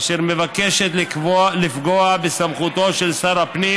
אשר מבקשת לפגוע בסמכותו של שר הפנים